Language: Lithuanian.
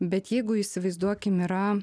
bet jeigu įsivaizduokim yra